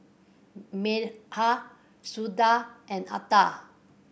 Medha Sundar and Atal